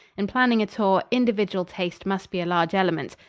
in planning a tour, individual taste must be a large element.